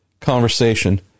conversation